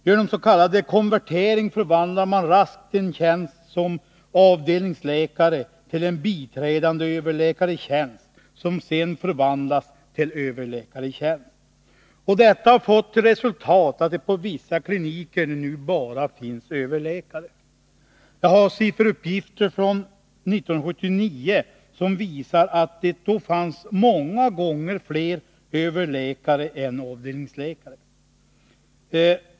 Genom s.k. konvertering förvandlar man raskt en tjänst som avdelningsläkare till en biträdande överläkartjänst, som sedan förvandlas till en överläkartjänst. Detta har fått till resultat att det på vissa kliniker nu bara finns överläkare. Jag har sifferuppgifter från 1979 som visar att det då fanns många gånger fler överläkare än avdelningsläkare.